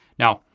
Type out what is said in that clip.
now,